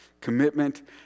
commitment